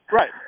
Right